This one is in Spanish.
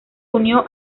unió